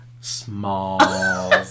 Small